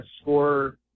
score